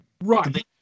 Right